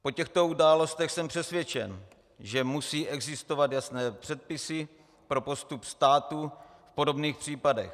Po těchto událostech jsem přesvědčen, že musí existovat jasné předpisy pro postup státu v podobných případech.